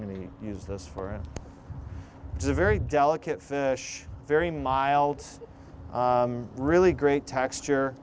mean use this for a very delicate fish very mild really great texture